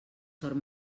sort